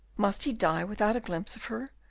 must he die without a glimpse of her,